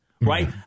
Right